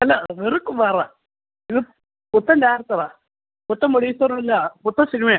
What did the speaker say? അല്ല വെറും കുമാറാണ് ഇത് പുത്തൻ ഡാൻസറാണ് പുത്തൻ പ്രൊഡ്യൂസറും ഇല്ല പുത്തൻ സിനിമയാണ്